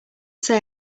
say